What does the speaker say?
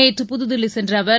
நேற்று புதுதில்லி சென்ற அவர்